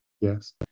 Yes